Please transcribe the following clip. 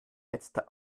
letzte